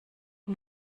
vom